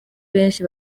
benshi